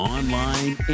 online